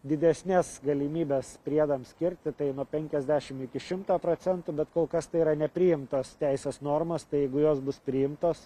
didesnes galimybes priedams skirti tai nuo penkiasdešimt iki šimto procentų bet kol kas tai yra nepriimtos teisės normos tai jeigu jos bus priimtos